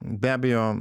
be abejo